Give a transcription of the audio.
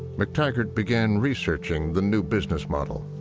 mactaggart began researching the new business model.